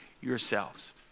yourselves